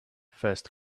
first